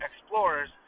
explorers